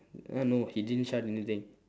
!huh! no he didn't shout anything